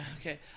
okay